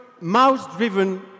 mouse-driven